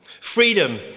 Freedom